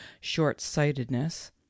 short-sightedness